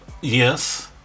yes